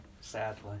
sadly